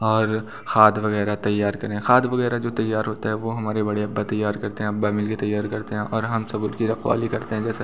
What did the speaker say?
और खाद वग़ैरह तैयार करें खाद वग़ैरह जो तैयार होती है वो हमारे बड़े अब्बा तैयार करते हैं अब्बा मिल के तैयार करते हैं और हम सब उनकी रखवाली करते हैं जैसे